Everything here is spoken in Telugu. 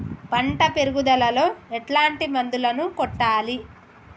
పంట పెరుగుదలలో ఎట్లాంటి మందులను కొట్టాలి?